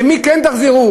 למי כן תחזירו?